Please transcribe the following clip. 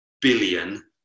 billion